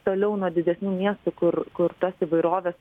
toliau nuo didesnių miestų kur kur tos įvairovės